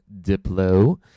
Diplo